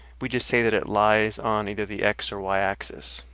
we just say that it lies on either the x or y axis.